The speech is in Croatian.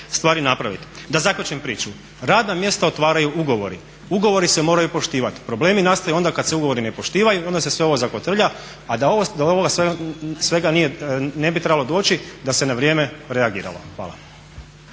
stvari napravit. Da zaključim priču, radna mjesta otvaraju ugovori. Ugovori se moraju poštivaju. Problemi nastaju onda kad se ugovori ne poštivaju i onda se sve ovo zakotrlja, a do ovoga svega ne bi trebalo doći da se na vrijeme reagiralo. Hvala.